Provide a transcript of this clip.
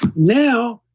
now,